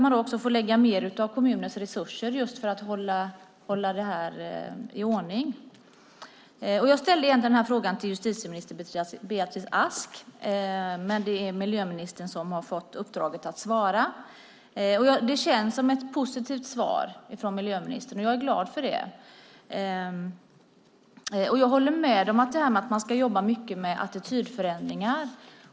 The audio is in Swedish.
Man får lägga mer av kommunens resurser för att hålla detta i ordning. Jag ställde egentligen denna interpellation till justitieminister Beatrice Ask, men det är miljöministern som har fått uppdraget att svara. Det känns som ett positivt svar från miljöministern, och jag är glad för det. Jag håller med om att man ska jobba mycket med attitydförändringar.